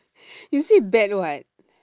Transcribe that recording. you say bad [what]